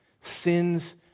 sins